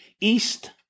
east